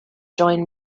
joint